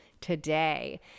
today